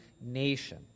nation